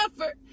effort